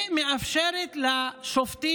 וזה מאפשר לשופטים,